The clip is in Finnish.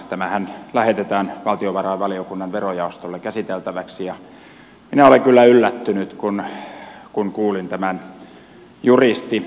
tämähän lähetetään valtiovarainvaliokunnan verojaostolle käsiteltäväksi ja minä olen kyllä yllättynyt kun kuulin tämän juristin puheenvuoron